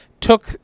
took